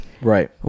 Right